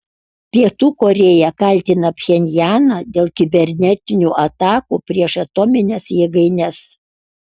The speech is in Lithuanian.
pietų korėja kaltina pchenjaną dėl kibernetinių atakų prieš atomines jėgaines